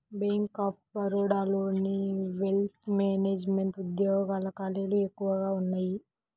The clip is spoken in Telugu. బ్యేంక్ ఆఫ్ బరోడాలోని వెల్త్ మేనెజమెంట్ ఉద్యోగాల ఖాళీలు ఎక్కువగా ఉన్నయ్యి